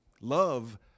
Love